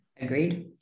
Agreed